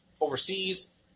overseas